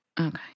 Okay